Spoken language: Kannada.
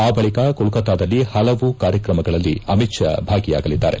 ಆ ಬಳಿಕ ಕೊಲ್ಲತ್ತಾದಲ್ಲಿ ಪಲವು ಕಾರ್ಯಕ್ರಮಗಳಲ್ಲಿ ಅಮಿತ್ ಷಾ ಭಾಗಿಯಾಗಲಿದ್ದಾರೆ